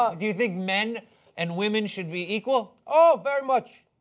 ah do you think men and women should be equal? oh, very much.